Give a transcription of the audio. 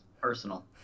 personal